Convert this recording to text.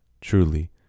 Truly